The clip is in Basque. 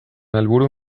helburu